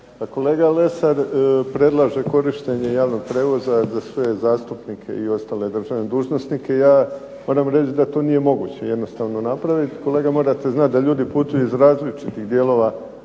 kolega Lesar predlaže korištenje javnog prijevoza za sve zastupnike i ostale državne dužnosnike. Ja moram reći da to nije moguće jednostavno napraviti. Kolega morate znati da ljudi putuju iz različitih dijelova